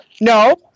no